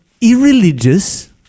irreligious